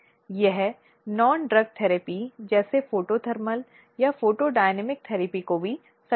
इसलिए पीड़ित को यह बहुत जरूरी है कि पीड़ित को अपने अधिकारों के लिए खड़ा होना चाहिए